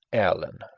erlynne.